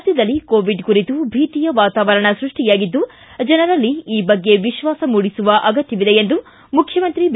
ರಾಜ್ಯದಲ್ಲಿ ಕೋವಿಡ್ ಕುರಿತು ಭೀತಿಯ ವಾತಾವರಣ ಸೃಷ್ಷಿಯಾಗಿದ್ದು ಜನರಲ್ಲಿ ಈ ಬಗ್ಗೆ ವಿಶ್ವಾಸ ಮೂಡಿಸುವ ಅಗತ್ಕವಿದೆ ಎಂದು ಮುಖ್ಯಮಂತ್ರಿ ಬಿ